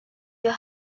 your